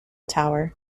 tower